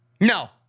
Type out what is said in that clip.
No